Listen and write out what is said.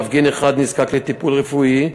מפגין אחד נזקק לטיפול רפואי,